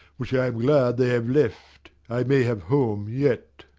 which i am glad they have left, i may have home yet.